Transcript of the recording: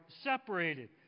separated